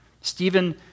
Stephen